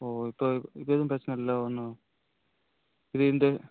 ஓ இப்போ இப்போ எதுவும் பிரச்சனை இல்லேல ஒன்றும் இது இந்த